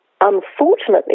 unfortunately